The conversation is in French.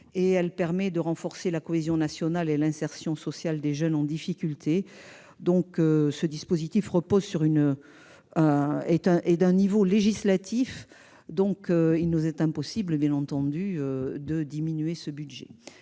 Elle permet de renforcer la cohésion nationale et l'insertion sociale des jeunes en difficulté. Ce dispositif est de niveau législatif et il nous est impossible de diminuer ce budget.